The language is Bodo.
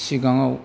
सिगाङाव